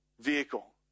vehicle